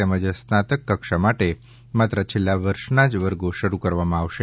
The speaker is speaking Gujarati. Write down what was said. તેમજ સ્નાતક કક્ષા માટે માત્ર છેલ્લા વર્ષના જ વર્ગો શરૂ કરવામાં આવશે